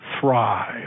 thrive